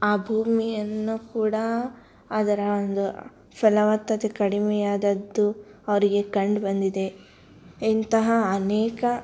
ಆ ಭೂಮಿಯನ್ನು ಕೂಡ ಅದರ ಒಂದು ಫಲವತ್ತತೆ ಕಡಿಮೆ ಆದದ್ದು ಅವರಿಗೆ ಕಂಡು ಬಂದಿದೆ ಇಂತಹ ಅನೇಕ